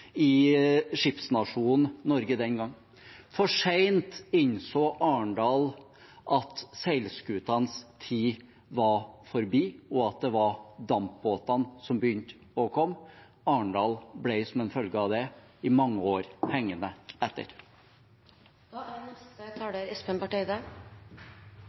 i skipsnasjonen Norge den gang. For sent innså Arendal at seilskutenes tid var forbi, og at det var dampbåtene som begynte å komme. Arendal ble som en følge av det i mange år hengende